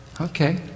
Okay